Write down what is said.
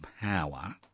power